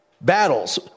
battles